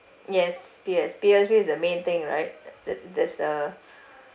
yes P_O_S_B P_O_S_B is the main thing right that that that's the